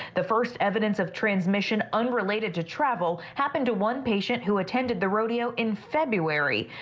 the first evidence of transmission unrelated to travel happened to one patient who attended the rodeo in february.